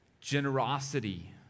Generosity